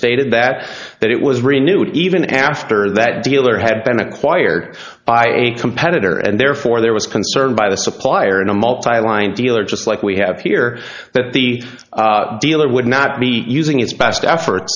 stated that that it was renewed even after that dealer had been acquired by a competitor and therefore there was concern by the supplier in a multi line dealer just like we have here that the dealer would not be using its best effort